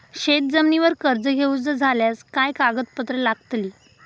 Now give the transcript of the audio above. शेत जमिनीवर कर्ज घेऊचा झाल्यास काय कागदपत्र लागतली?